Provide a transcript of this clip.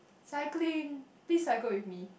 cycling please cycle with me